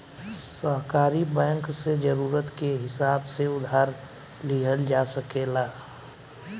सहकारी बैंक से जरूरत के हिसाब से उधार लिहल जा सकेला